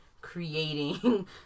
creating